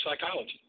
psychology